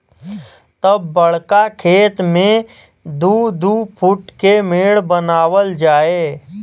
तब बड़का खेत मे दू दू फूट के मेड़ बनावल जाए